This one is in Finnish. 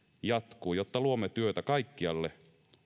jatkuu jotta luomme työtä kaikkialle